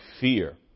fear